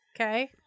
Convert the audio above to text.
Okay